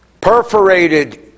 perforated